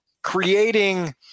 creating